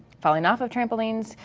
falling off of trampolines,